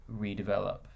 redevelop